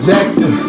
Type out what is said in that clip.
Jackson